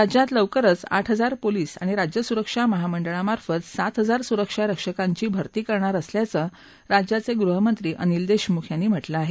राज्यात लवकरच आठ हजार पोलिस आणि राज्य सुरक्षा महामंडळ मार्फतही सात हजार सुरक्षा रक्षकांची भरती करणार असल्याचं राज्याचे गृहमंत्री अनिल देशमुख यांनी म्हटलं आहे